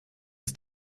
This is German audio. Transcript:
ist